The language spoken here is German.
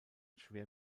schwer